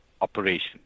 operation